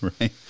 Right